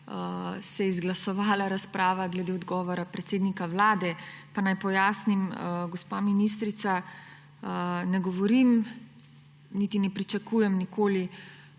bi se izglasovala razprava glede odgovora predsednika Vlade. Pa naj pojasnim, gospa ministrica. Ne govorim niti ne pričakujem nikoli